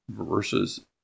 versus